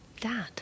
Dad